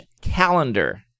Calendar